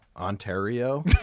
Ontario